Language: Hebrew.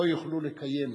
לא יוכלו לקיים.